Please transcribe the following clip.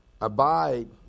Abide